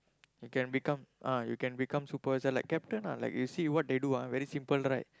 I can become ah you can become supervisor like captain ah like what they do ah very simple right